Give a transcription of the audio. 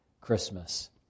Christmas